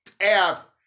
app